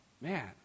man